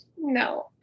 no